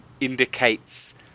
indicates